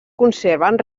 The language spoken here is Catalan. conserven